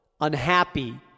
unhappy